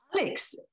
alex